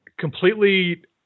completely